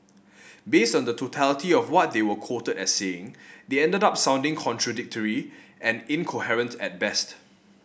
based on the totality of what they were quoted as saying they ended up sounding contradictory and incoherent at best